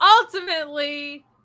Ultimately